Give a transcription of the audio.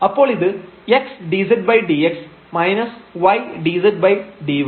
അപ്പോൾ ഇത് x∂z ∂x y∂z ∂y